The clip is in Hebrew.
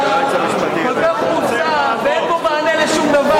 הנאום שלך כל כך, ואין בו מענה לשום דבר,